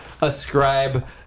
ascribe